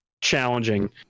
challenging